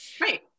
Right